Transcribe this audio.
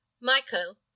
Michael